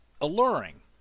alluring